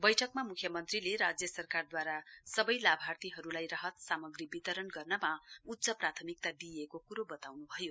बैठकमा मुख्यमन्त्रीले राज्य सरकारद्वारा सबै लाभार्थीहरूलाई राहत सामग्री वितरण गर्नमा उच्च प्राथमिकता दिइएको कुरो बताउनुभयो